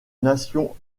nation